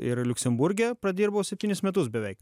ir liuksemburge pradirbau septynis metus beveik